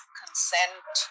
consent